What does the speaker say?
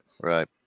Right